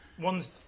One's